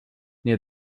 near